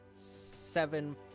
seven